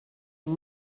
uma